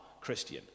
Christian